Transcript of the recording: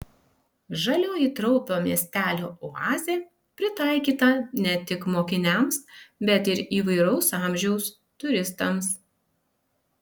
žalioji traupio miestelio oazė pritaikyta ne tik mokiniams bet ir įvairaus amžiaus turistams